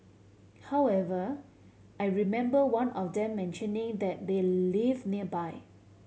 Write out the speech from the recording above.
however I remember one of them mentioning that they live nearby